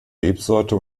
rebsorte